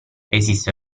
esiste